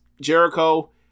Jericho